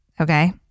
okay